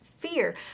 fear